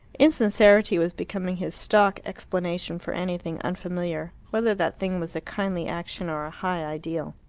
insincerity was becoming his stock explanation for anything unfamiliar, whether that thing was a kindly action or a high ideal.